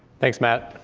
thanks, matt.